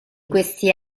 questi